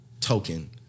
token